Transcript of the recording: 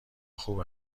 خوب